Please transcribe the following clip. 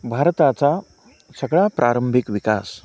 भारताचा सगळा प्रारंभिक विकास